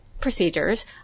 procedures